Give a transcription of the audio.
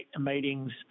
meetings